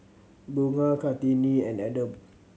Bunga Kartini and Adam